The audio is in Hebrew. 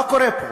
מה קורה פה?